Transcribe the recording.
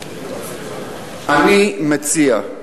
אני מציע,